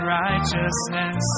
righteousness